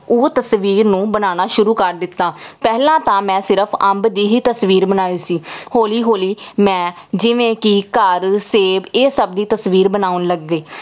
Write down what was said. ਉਹ ਤਸਵੀਰ ਨੂੰ ਬਣਾਉਣਾ ਸ਼ੁਰੂ ਕਰ ਦਿੱਤਾ ਪਹਿਲਾਂ ਤਾਂ ਮੈਂ ਸਿਰਫ ਅੰਬ ਦੀ ਹੀ ਤਸਵੀਰ ਬਣਾਈ ਸੀ ਹੌਲੀ ਹੌਲੀ ਮੈਂ ਜਿਵੇਂ ਕਿ ਘਰ ਸੇਬ ਇਹ ਸਭ ਦੀ ਤਸਵੀਰ ਬਣਾਉਣ ਲੱਗ ਗਈ